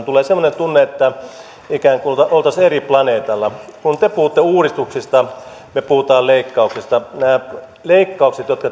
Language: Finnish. tulee semmoinen tunne että ikään kuin olisimme eri planeetalla kun te puhutte uudistuksista me puhumme leikkauksista nämä leikkaukset jotka